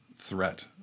Threat